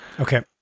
Okay